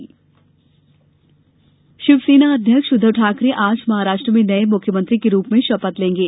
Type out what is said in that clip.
महाराष्ट्र शपथ शिवसेना अध्यक्ष उद्वव ठाकरे आज महाराष्ट्र में नये मुख्यमंत्री के रूप में शपथ लेंगे